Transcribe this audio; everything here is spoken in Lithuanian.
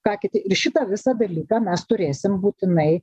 ką kiti ir šitą visą dalyką mes turėsim būtinai